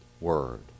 word